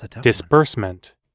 disbursement